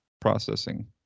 processing